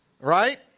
right